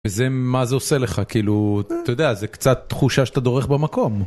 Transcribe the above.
וזה מה זה עושה לך, כאילו, אתה יודע, זה קצת תחושה שאתה דורך במקום.